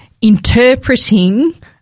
interpreting